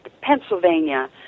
Pennsylvania